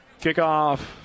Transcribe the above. kickoff